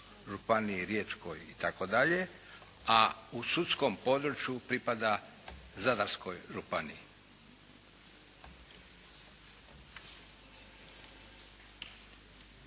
županiji riječkoj i tako dalje a u sudskom području pripada zadarskoj županiji.